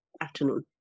afternoon